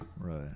Right